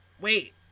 Wait